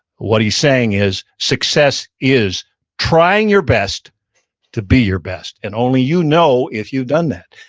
what he's saying is success is trying your best to be your best. and only you know if you've done that.